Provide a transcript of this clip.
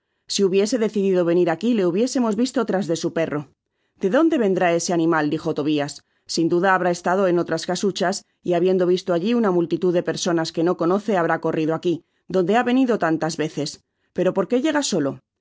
si hubiese decidido venir aqui le hubiéramos visfo tras de su perro de dónde vendrá ese animal dijo tobias sin duda habrá estado en las otras casuchas y habiendo visto alli una multitud de personas que no conoce habrá corrido aqui donde ha venido tanias veces fero por qué llega solo